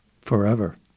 forever